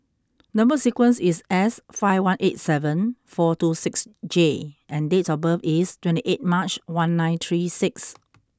number sequence is S five one eight seven four two six J and date of birth is twenty eighth March one nine three six